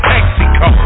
Mexico